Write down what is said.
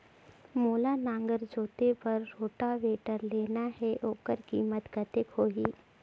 मोला नागर जोते बार रोटावेटर लेना हे ओकर कीमत कतेक होही?